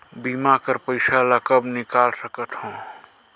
बीमा कर पइसा ला कब निकाल सकत हो?